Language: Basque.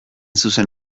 zuzen